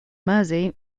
mersey